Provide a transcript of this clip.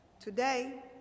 Today